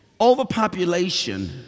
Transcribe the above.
Overpopulation